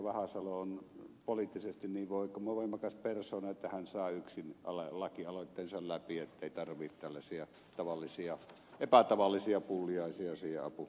vahasalo on poliittisesti niin voimakas persoona että hän saa yksin lakialoitteensa läpi ettei tarvitse tällaisia tavallisia tai epätavallisia pulliaisia siihen apuun